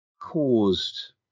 caused